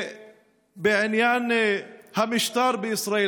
בעניין המשטר בישראל,